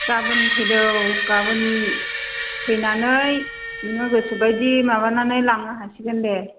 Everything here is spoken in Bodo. गाबोन फैदो औ गाबोन फैनानै नोङो गोसो बायदि माबानानै लांनो हासिगोन दे